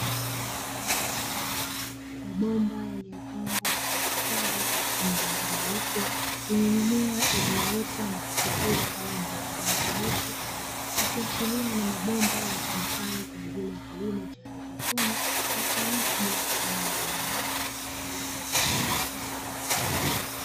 Mabomba yaliyopangwa kwa ustadi yenye rangi nyeupe, yenye mimea iliyoota na kuchipua kwa rangi ya kijani kibichi, ikiashiria ni mabomba yatumikayo kwa ajili ya kilimo cha haidroponi ya sayansi bila kutumia udongo.